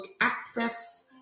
access